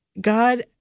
God